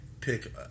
pick